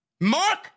Mark